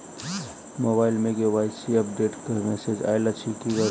Mobile मे KYC update केँ message आइल अछि की करू?